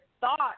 thought